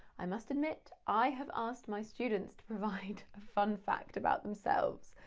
i must admit, i have asked my students to provide a fun fact about themselves.